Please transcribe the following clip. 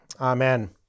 Amen